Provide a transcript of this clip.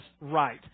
right